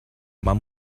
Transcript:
man